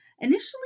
Initially